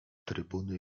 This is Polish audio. trybuny